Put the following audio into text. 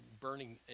burning